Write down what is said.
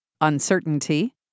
uncertainty